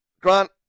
Grant